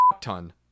ton